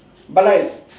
but like